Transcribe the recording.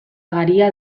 garia